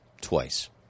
twice